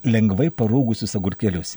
lengvai parūgusius agurkėlius